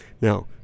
Now